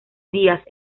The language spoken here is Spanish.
díaz